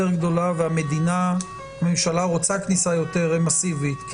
גדולה והממשלה רוצה כניסה יותר מסיבית,